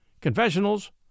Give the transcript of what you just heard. confessionals